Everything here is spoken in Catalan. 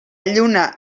lluna